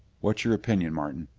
what's your opinion, martin?